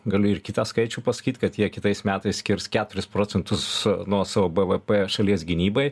galiu ir kitą skaičių pasakyt kad jie kitais metais skirs keturis procentus nuo savo bvp šalies gynybai